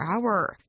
hour